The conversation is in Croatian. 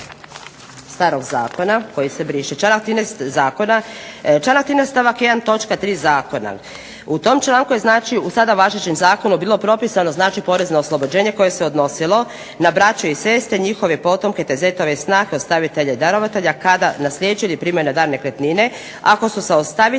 starog Zakona koji se briše, članak 13. stavak 1. točka 3. Zakona, u tom članku je u sada važećem Zakonu bilo propisano znači porezno oslobođenje koje se odnosilo na braće i sestre njihove potomke, zetove i snahe, ostavitelje darovatelja kada na ... dan nekretnine ako su sa ostaviteljem